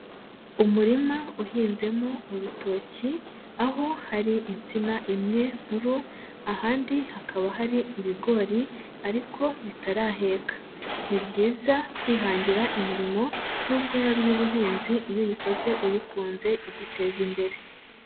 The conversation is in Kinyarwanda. Umurima uhinzemo urutoki aho hari insina imwe nkuru, ahandi hakaba hari ibigori ariko bitaraheka, ni byiza kwihangira imirimo nubwo yaba iy'ubuhinzi iyo uyikoze uyikunze iguteza imbere.